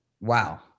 Wow